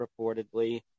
reportedly